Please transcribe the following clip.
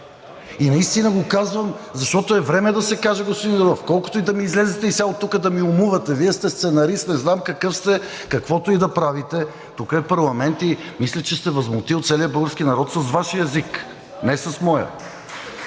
И наистина го казвам, защото е време да се каже, господин Йорданов. Колкото и да ми излезете и сега оттук да ми умувате, Вие сте сценарист – не знам какъв сте, каквото и да правите, тук е парламент и мисля, че сте възмутил целия българския народ с Вашия език, а не с моя!